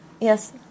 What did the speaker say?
Yes